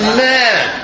man